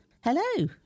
Hello